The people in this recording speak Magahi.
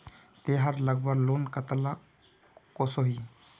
तेहार लगवार लोन कतला कसोही?